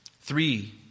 Three